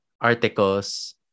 articles